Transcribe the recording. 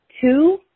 Two